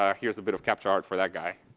ah here's a bit of captcha art for that guy.